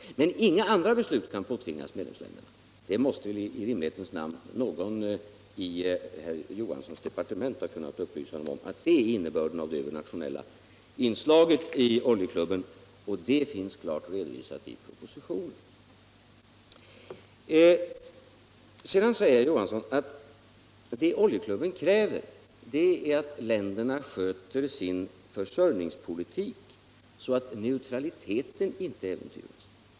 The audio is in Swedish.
Men inga andra beslut kan påtvingas medlemsländerna. I rimlighetens namn måste väl någon i herr Johanssons departement ha kunnat upplysa honom om att det är innebörden av det övernationella inslaget i Oljeklubben, och det finns klart redovisat i propositionen. Sedan säger herr Johansson att det Oljeklubben kräver är att länderna sköter sin försörjningspolitik så att neutraliteten inte äventyras.